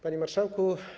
Panie Marszałku!